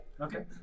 Okay